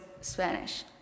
Spanish